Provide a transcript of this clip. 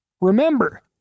Remember